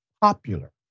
popular